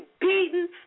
beaten